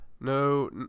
no